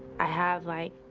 i have, like,